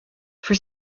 for